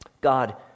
God